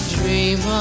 dream